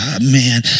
man